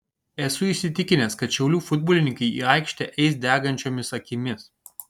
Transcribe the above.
esu įsitikinęs kad šiaulių futbolininkai į aikštę eis degančiomis akimis